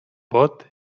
bot